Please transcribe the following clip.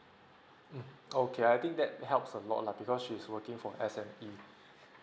mm okay I think that helps a lot lah because she's working for S_M_E